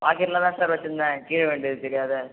பாக்கெட்டில் தான் சார் வெச்சிருந்தேன் கீழே விழுந்தது தெரியாம